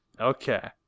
Okay